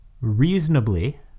reasonably